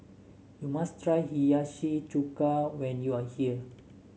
you must try Hiyashi Chuka when you are here